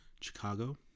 Chicago